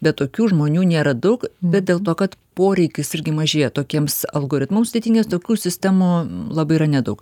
bet tokių žmonių nėra daug bet dėl to kad poreikis irgi mažėja tokiems algoritmams sudėtingiems tokių sistemų labai yra nedaug